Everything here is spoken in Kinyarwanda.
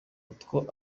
utwo